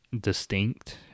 distinct